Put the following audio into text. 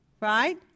right